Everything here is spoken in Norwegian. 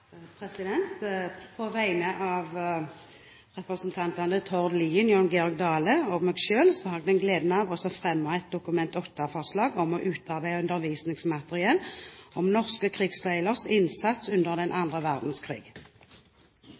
På vegne av representantene Tord Lien, Jon Georg Dale og meg selv har jeg gleden av å fremme et Dokument 8-forslag om å utarbeide undervisningsmateriell om norske krigsseileres innsats under den andre verdenskrig.